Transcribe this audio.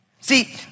See